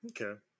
Okay